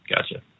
gotcha